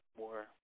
more